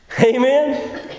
Amen